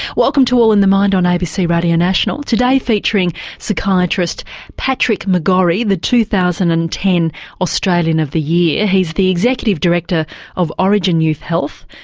welcome to all in the mind on abc radio national. today featuring psychiatrist patrick mcgorry, the two thousand and ten australian of the year. he's the executive director of orygen youth health,